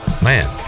man